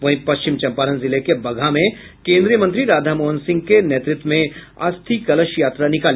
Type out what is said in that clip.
वहीं पश्चिम चम्पारण जिले के बगहा में केन्द्रीय मंत्री राधा मोहन सिंह के नेतृत्व में अस्थि कलश यात्रा निकली